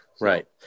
Right